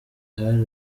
hari